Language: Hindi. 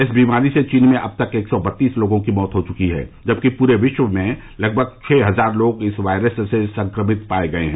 इस बीमारी से चीन में अब तक एक सौ बत्तीस लोगों की मौत हो चुकी है जबकि पूरे विश्व में लगभग छह हजार लोग इस वायरस से संक्रमित पाए गए हैं